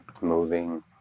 moving